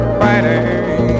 fighting